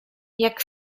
jak